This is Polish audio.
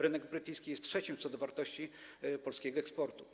Rynek brytyjski jest trzecim co do wartości rynkiem polskiego eksportu.